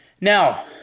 Now